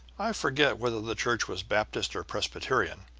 i forget whether the church was baptist or presbyterian,